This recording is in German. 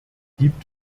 gibt